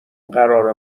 قرار